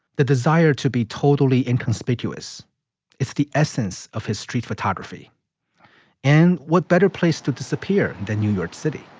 the desire to be totally inconspicuous is the essence of his street photography and what better place to disappear than new york city?